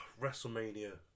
WrestleMania